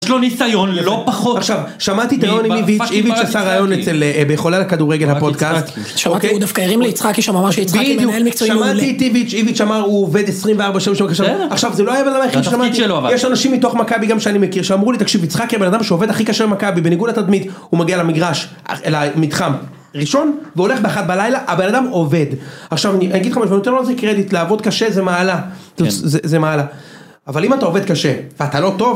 יש לו ניסיון ללא פחות, עכשיו שמעתי טיוני מוויץ' איוויץ' עשה ראיון אצל אהה... בחולה על כדורגל הפודקאסט, שמעתי הוא דווקא הרים ליצחקי שם אמר שיצחקי מנהל מקצועי מעולה, בדיוק שמעתי את איוויץ', איוויץ' אמר הוא עובד 24 שעות, עכשיו זה לא היה הבנאדם היחיד ששמעתי, יש אנשים מתוך מכבי גם שאני מכיר שאמרו לי תקשיב יצחקי הבן אדם שעובד הכי קשה במכבי בניגוד לתדמית הוא מגיע למגרש, למתחם ראשון והולך באחד בלילה הבן אדם עובד, עכשיו אני אגיד לך משהו, אני נותן לו על זה קרדיט לעבוד קשה זה מעלה, זה זה מעלה, אבל אם אתה עובד קשה ואתה לא טוב...